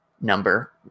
number